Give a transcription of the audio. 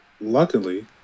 luckily